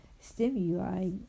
stimuli